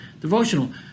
devotional